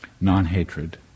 non-hatred